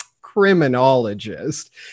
criminologist